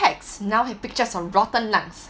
cigarette packs now have pictures on rotten lungs